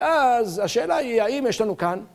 אז, השאלה היא, האם יש לנו כאן?